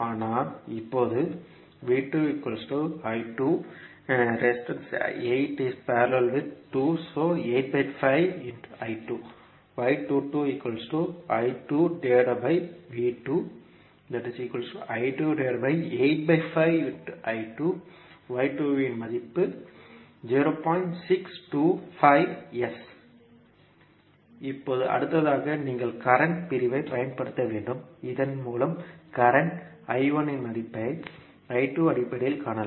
அதனால் இப்போது இப்போது அடுத்ததாக நீங்கள் கரண்ட் பிரிவைப் பயன்படுத்த வேண்டும் இதன்மூலம் கரண்ட் இன் மதிப்பை அடிப்படையில் காணலாம்